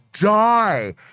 die